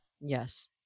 Yes